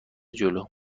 جلو